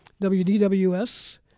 WDWs